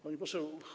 Pani Poseł!